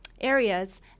areas